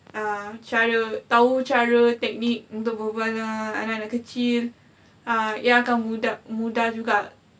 err cara tahu cara technique untuk berbual dengan anak-anak kecil uh yang agak mudah mudah juga